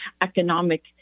economic